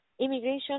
Immigration